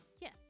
yes